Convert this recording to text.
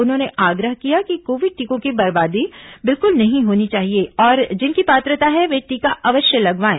उन्होंने आग्रह किया कि कोविड टीको की बर्बादी बिल्कुल नहीं होनी चाहिए और जिनकी पात्रता है वे टीका अवश्य लगवाएं